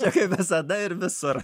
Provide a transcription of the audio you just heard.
čia kaip visada ir visur